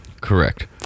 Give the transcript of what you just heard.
Correct